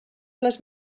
les